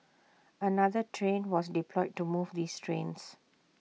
another train was deployed to move these trains